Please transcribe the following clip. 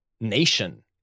nation